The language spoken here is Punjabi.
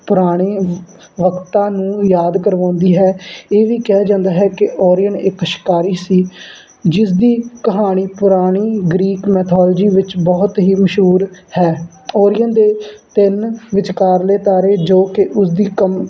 ਪੁਰਾਣੇ ਵਕਤਾਂ ਨੂੰ ਯਾਦ ਕਰਵਾਉਂਦੀ ਹੈ ਇਹ ਵੀ ਕਿਹਾ ਜਾਂਦਾ ਹੈ ਕਿ ਓਰੀਅਨ ਇੱਕ ਸ਼ਿਕਾਰੀ ਸੀ ਜਿਸ ਦੀ ਕਹਾਣੀ ਪੁਰਾਣੀ ਗਰੀਕ ਮੈਥੋਲੋਜੀ ਵਿੱਚ ਬਹੁਤ ਹੀ ਮਸ਼ਹੂਰ ਹੈ ਓਰੀਅਨ ਦੇ ਤਿੰਨ ਵਿਚਕਾਰਲੇ ਤਾਰੇ ਜੋ ਕਿ ਉਸਦੀ ਕਮ